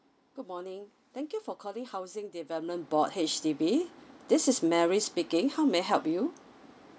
good morning thank you for calling housing development board H_D_B this is mary speaking how may I help you